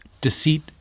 Deceit